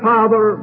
Father